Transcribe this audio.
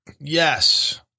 Yes